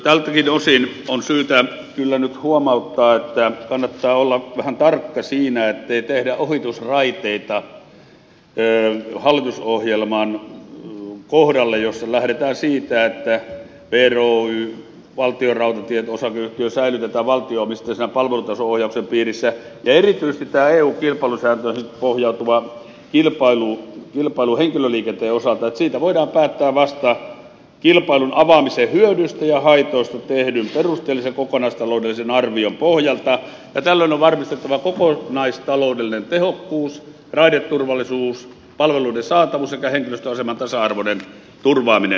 tältäkin osin on syytä kyllä nyt huomauttaa että kannattaa olla vähän tarkka siinä ettei tehdä ohitusraiteita hallitusohjelman kohdalle jossa lähdetään siitä että vr oy valtionrautatiet osakeyhtiö säilytetään valtio omisteisena palvelutaso ohjauksen piirissä ja erityisesti tässä että eun kilpailusääntöihin pohjautuvasta kilpailusta henkilöliikenteen osalta voidaan päättää vasta kilpailun avaamisen hyödyistä ja haitoista tehdyn perusteellisen kokonaistaloudellisen arvion pohjalta ja tällöin on varmistettava kokonaistaloudellinen tehokkuus raideturvallisuus palveluiden saatavuus sekä henkilöstön aseman tasa arvoinen turvaaminen